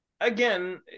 Again